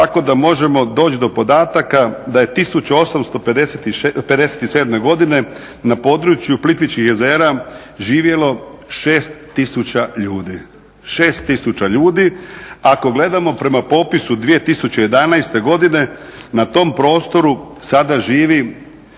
tako da možemo doći do podataka da je 1857. godine na području Plitvičkih jezera živjelo 6000 ljudi, 6000 ljudi. Ako gledamo prema popisu 2011. godine na tom prostoru sada živi